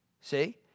See